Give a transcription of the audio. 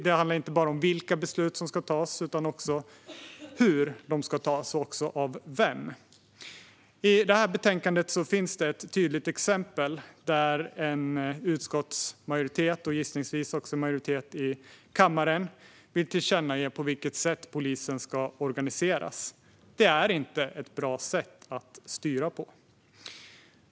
Det handlar inte bara om vilka beslut som ska tas utan också om hur de ska tas och av vem. I detta betänkande finns det ett tydligt exempel där en utskottsmajoritet, och gissningsvis också en majoritet i kammaren, vill tillkännage på vilket sätt polisen ska organiseras. Det är inte ett bra sätt att styra på.